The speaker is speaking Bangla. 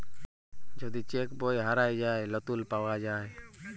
যদি চ্যাক বই হারাঁয় যায়, লতুল পাউয়া যায়